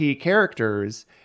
characters